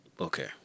Okay